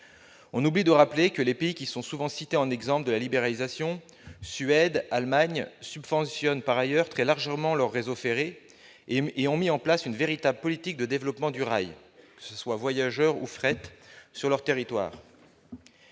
On oublie de rappeler que les pays qui sont souvent cités en exemple de la libéralisation- la Suède, l'Allemagne -subventionnent par ailleurs très largement leur réseau ferré et ont mis en place une véritable politique de développement du rail- voyageur ou fret -sur leur territoire.